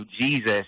Jesus